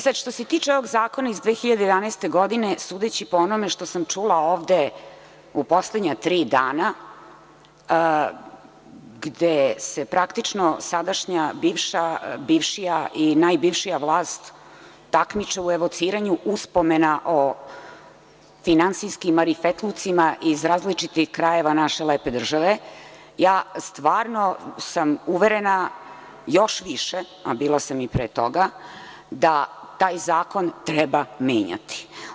Sada, što se tiče ovog zakona iz 2011. godine, sudeći po onome što sam čula ovde u poslednja tri dana, gde se praktično sadašnja, bivša, bivšija i najbivšija vlast takmiče u evociranju uspomena o finansijskim marifetlucima iz različitih krajeva naše lepe države, ja sam stvarno uverena još više, a bila sam i pre toga, da taj zakon treba menjati.